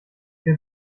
für